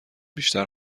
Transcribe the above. بیشتر